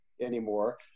anymore